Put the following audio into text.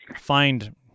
find